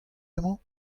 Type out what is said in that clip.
emañ